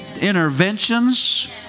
interventions